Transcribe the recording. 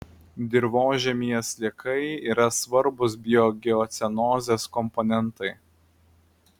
dirvožemyje sliekai yra svarbūs biogeocenozės komponentai